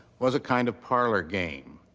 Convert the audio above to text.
was a kind of parlor game.